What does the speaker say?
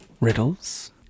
riddles